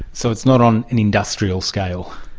so it's not on an industrial scale?